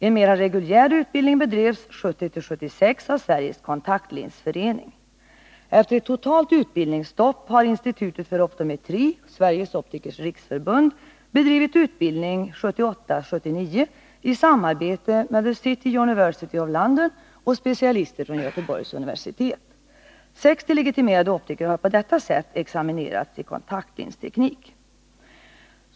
En mera reguljär utbildning bedrevs 1970-1976 av Sveriges Kontaktlinsförening. Efter ett totalt utbildningsstopp har Institutet för optometri/Sveriges Optikers riksförbund bedrivit utbildning åren 1978 och 1979 i samarbete med the City University of London och specialister från Göteborgs universitet. 60 legitimerade optiker har på detta sätt examinerats i kontaktlinsteknik.